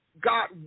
God